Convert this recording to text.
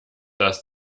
das